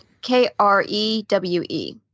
K-R-E-W-E